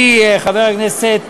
שלי ושל חבר הכנסת